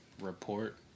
report